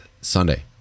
Sunday